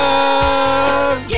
Love